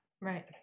Right